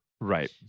Right